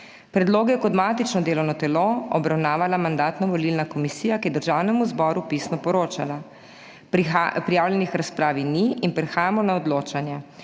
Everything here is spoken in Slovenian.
Predlog je kot matično delovno telo obravnavala Mandatno-volilna komisija, ki je Državnemu zboru pisno poročala. Prijavljenih k razpravi ni. Prehajamo na odločanje